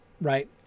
right